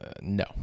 no